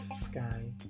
sky